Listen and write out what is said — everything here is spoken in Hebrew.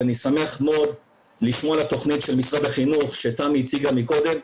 ואני שמח מאוד לשמוע על התוכנית של משרד החינוך שתמי הציגה מקודם,